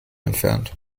entfernt